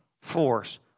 force